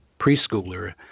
preschooler